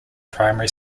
primary